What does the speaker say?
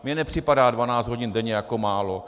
Mně nepřipadá 12 hodin denně jako málo.